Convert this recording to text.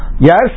yes